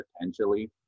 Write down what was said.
potentially